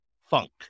funk